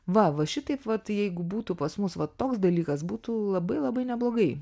va va šitaip vat jeigu būtų pas mus va toks dalykas būtų labai labai neblogai